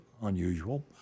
unusual